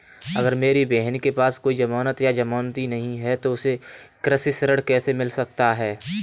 अगर मेरी बहन के पास कोई जमानत या जमानती नहीं है तो उसे कृषि ऋण कैसे मिल सकता है?